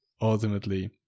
ultimately